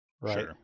right